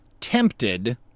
Tempted